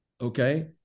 okay